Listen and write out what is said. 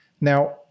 Now